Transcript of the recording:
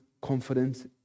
confidence